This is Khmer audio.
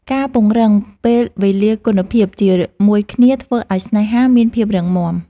ការពង្រឹងពេលវេលាគុណភាពជាមួយគ្នាធ្វើឱ្យស្នេហាមានភាពរឹងមាំ។